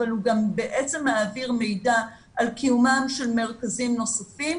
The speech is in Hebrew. אבל הוא גם בעצם מעביר מידע על קיומם של מרכזים נוספים,